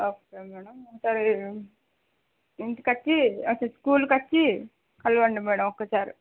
okay madam సరే ఇంటికి వచ్చి ఓసారీ స్కూల్కు వచ్చి కలవండి మ్యాడమ్ ఒక్కసారి